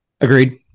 Agreed